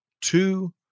two